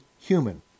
human